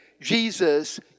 Jesus